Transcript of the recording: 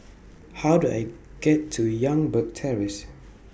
How Do I get to Youngberg Terrace